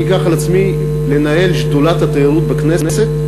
אני אקח על עצמי לנהל את שדולת התיירות בכנסת,